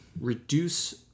reduce